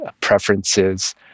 preferences